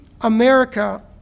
America